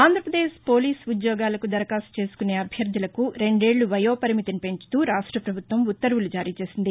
Andhra Pradesh police ఉద్యోగాలకు దరఖాస్తు చేసుకునే అభ్యర్టులకు రెండేళ్లు వయోపరిమితిని పెంచుతూ రాష్ట్ర ప్రభుత్వం ఉత్తర్వులు జారీచేసింది